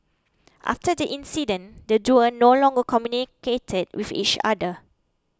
after the incident the duo no longer communicated with each other